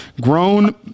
grown